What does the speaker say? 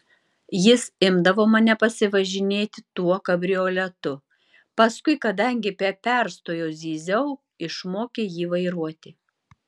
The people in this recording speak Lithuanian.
jis imdavo mane pasivažinėti tuo kabrioletu paskui kadangi be perstojo zyziau išmokė jį vairuoti